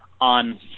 on